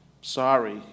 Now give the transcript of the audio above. sorry